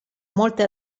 molte